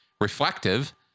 reflective